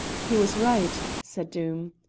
he was right, said doom,